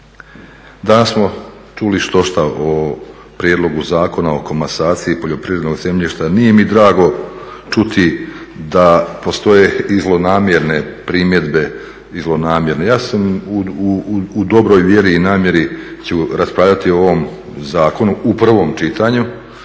Danas smo čuli štošta o Prijedlogu zakona o komasaciji poljoprivrednog zemljišta, nije mi drago čuti da postoje i zlonamjerne primjedbe i zlonamjerne. Ja sam u dobroj vjeri i namjeri ću raspravljati o ovom zakonu u prvom čitanju